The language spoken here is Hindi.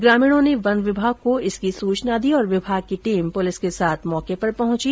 ग्रामीणों ने वन विभाग को इसकी सूचना दी और विभाग की टीम पुलिस के साथ मौके पर पहुंची